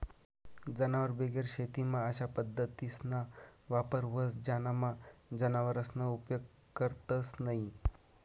जनावरबिगेर शेतीमा अशा पद्धतीसना वापर व्हस ज्यानामा जनावरसना उपेग करतंस न्हयी